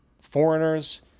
foreigners